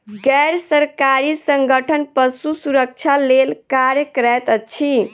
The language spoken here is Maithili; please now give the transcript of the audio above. गैर सरकारी संगठन पशु सुरक्षा लेल कार्य करैत अछि